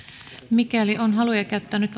mikäli on haluja käyttää nyt